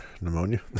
pneumonia